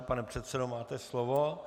Pane předsedo, máte slovo.